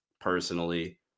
personally